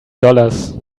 dollars